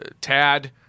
Tad